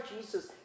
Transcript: Jesus